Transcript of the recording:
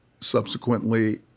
subsequently